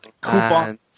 coupon